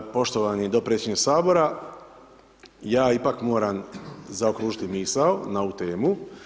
Poštovani dopredsjedniče Sabora, ja ipak moram zaokružiti misao na ovu temu.